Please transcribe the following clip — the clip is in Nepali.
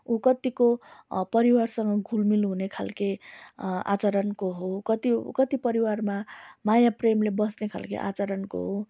उ कतिको परिवारसँग घुलमिल हुने खालको आचरणको हो कति कति परिवारमा माया प्रेमले बस्ने खालको आचरणको हो